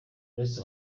uretse